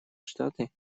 штаты